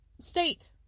State